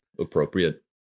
appropriate